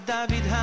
David